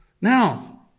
Now